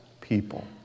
people